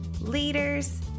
leaders